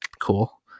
cool